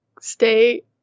Stay